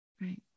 Right